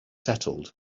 settled